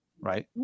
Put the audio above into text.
right